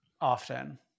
often